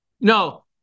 No